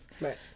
Right